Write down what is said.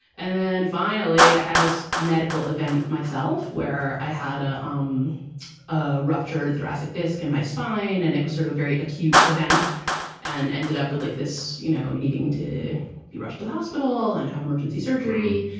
and then finally, i had this medical event myself where i had ah um a ruptured thoracic disc in my spine. and it was sort of a very acute event and ended up with like this, you know, needing to be rushed to the hospital and have emergency surgery.